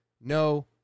No